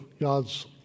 God's